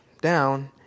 down